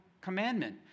commandment